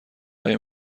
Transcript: آیا